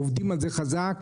עובדים על זה חזק,